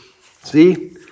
see